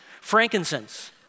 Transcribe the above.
Frankincense